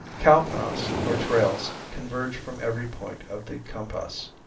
cow paths or trails converge from every point of the compass,